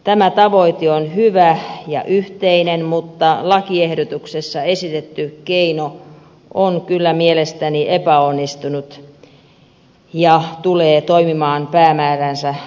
tämä tavoite on hyvä ja yhteinen mutta lakiehdotuksessa esitetty keino on kyllä mielestäni epäonnistunut ja tulee toimimaan päämääränsä vastaisesti